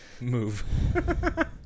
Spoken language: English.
move